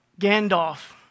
Gandalf